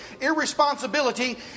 irresponsibility